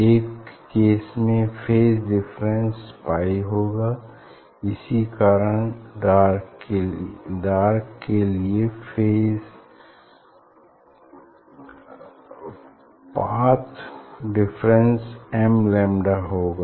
एक केस में phase difference pi होगा इसी कारण डार्क के लिए phase path difference m lambda होगा